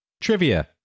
trivia